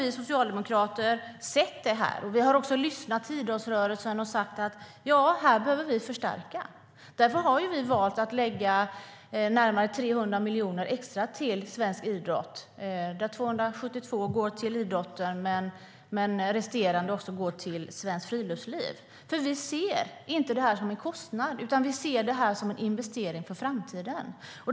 Vi socialdemokrater har sett det, och vi har också lyssnat på idrottsrörelsen och sagt att vi behöver förstärka här. Därför har vi valt att lägga närmare 300 miljoner extra till svensk idrott. 272 miljoner går till idrotten, men resterande går till Svenskt Friluftsliv. Vi ser det nämligen inte som en kostnad utan som en investering för framtiden.